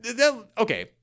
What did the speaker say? okay